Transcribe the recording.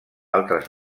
altres